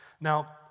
Now